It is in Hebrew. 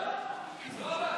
לא עבד.